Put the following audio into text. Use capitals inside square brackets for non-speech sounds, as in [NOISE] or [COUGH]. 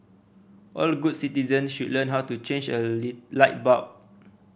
all good citizen should learn how to change a [UNINTELLIGIBLE] light bulb